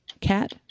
cat